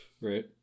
Right